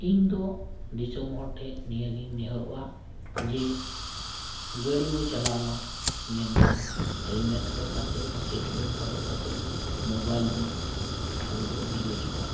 ᱤᱧ ᱫᱚ ᱫᱤᱥᱚᱢ ᱦᱚᱲ ᱴᱷᱮᱱ ᱱᱤᱭᱟᱹᱜᱮᱧ ᱱᱮᱦᱚᱨᱚᱜᱼᱟ ᱡᱮ ᱜᱟᱹᱰᱤ ᱵᱚ ᱪᱟᱞᱟᱣ ᱢᱟ ᱢᱮᱱᱠᱷᱟᱱ ᱦᱚᱨᱚᱜ ᱠᱟᱛᱮᱫ ᱦᱚᱨᱚᱜ ᱠᱟᱛᱮᱫ ᱫᱚ ᱟᱞᱚ ᱵᱚ ᱢᱟ